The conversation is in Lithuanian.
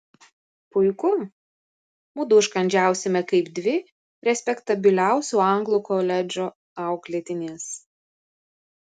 puiku mudu užkandžiausime kaip dvi respektabiliausio anglų koledžo auklėtinės